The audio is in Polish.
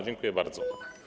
Dziękuję bardzo.